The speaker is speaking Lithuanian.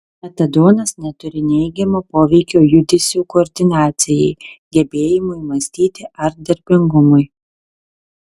metadonas neturi neigiamo poveikio judesių koordinacijai gebėjimui mąstyti ar darbingumui